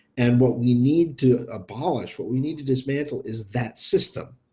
and what we need to abolish what we need to dismantle is that system.